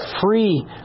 free